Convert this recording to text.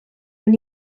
when